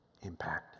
impact